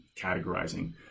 categorizing